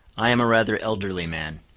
i am a rather elderly man.